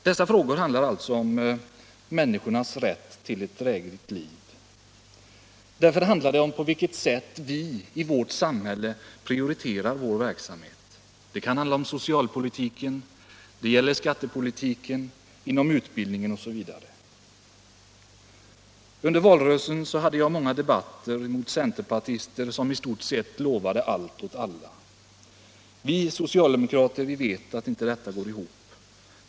Dessa frågor gäller människors rätt till ett drägligt liv. Därför handlar det om vilka prioriteringar vi gör i vår samhälleliga verksamhet. Det kan röra sig om socialpolitiken, det kan gälla skattepolitiken, utbildningen OSV. Under valrörelsen hade jag många debatter med centerpartister som i stort sett lovade allt åt alla. Vi socialdemokrater vet att detta inte går ihop.